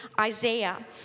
Isaiah